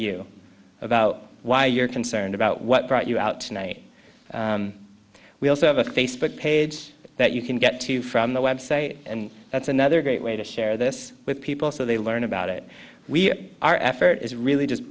you about why you're concerned about what brought you out tonight we also have a facebook page that you can get to from the website and that's another great way to share this with people so they learn about it we our effort is really just